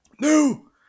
No